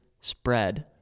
spread